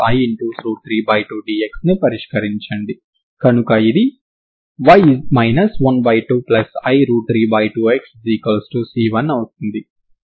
స్పష్టంగా వాటి వ్యత్యాసం కూడా తరంగ సమీకరణాన్ని సంతృప్తి పరుస్తుంది ఎందుకంటే ఇది సరళ సమీకరణం మరియు u1 u2 లు ప్రారంభ సమాచారాన్ని సంతృప్తి పరుస్తాయి మరియు w కూడా ప్రారంభ సమాచారాన్ని సంతృప్తి పరుస్తుంది